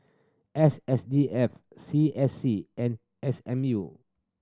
S S D F C S C and S M U